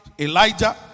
Elijah